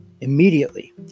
Immediately